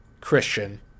christian